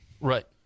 Right